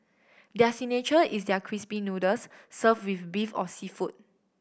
their signature is their crispy noodles serve with beef or seafood